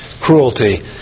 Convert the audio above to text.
cruelty